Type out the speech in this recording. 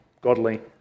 godly